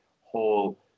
whole